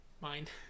mind